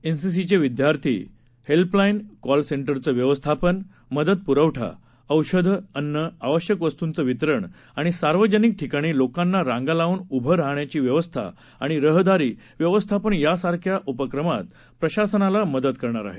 एनसीसीचे विद्यार्थी helpline call सेंटरचे व्यवस्थापन मदत पुरवठा औषधं अन्न आवश्यक वस्तुंचं वितरण आणि सार्वजनिक ठिकाणी लोकांना रांगा लावून उभे राहण्याची व्यवस्था आणि रहदारी व्यवस्थापन यासारख्या उपक्रमात प्रशासनाला मदत करणार आहेत